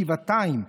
שבעתיים,